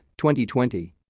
2020